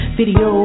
video